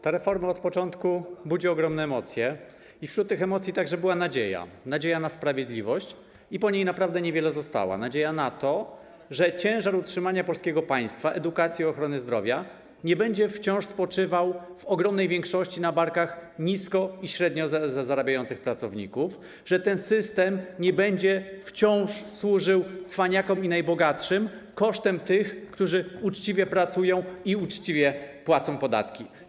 Ta reforma od początku budzi ogromne emocje i wśród tych emocji była także nadzieja, nadzieja na sprawiedliwość, i po niej naprawdę niewiele zostało, nadzieja na to, że ciężar utrzymania polskiego państwa, edukacji i ochrony zdrowia nie będzie wciąż spoczywał w ogromnej większości na barkach nisko i średnio zarabiających pracowników, że ten system nie będzie wciąż służył cwaniakom i najbogatszym kosztem tych, którzy uczciwie pracują i uczciwie płacą podatki.